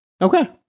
Okay